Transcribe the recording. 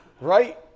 right